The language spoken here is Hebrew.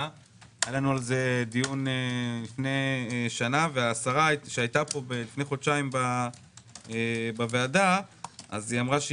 - היה לנו על זה דיון לפני שנה והשרה שהיתה פה לפני חודשיים בוועדה אמרה,